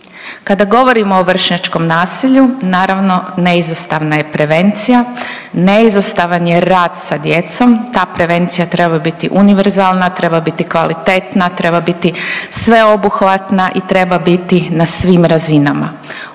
Kada govorimo o vršnjačkom nasilju naravno neizostavna je prevencija, neizostavan je rad sa djecom, ta prevencija treba biti univerzalna, treba biti kvalitetna, treba biti sveobuhvatna i treba biti na svim razinama.